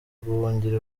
guhungira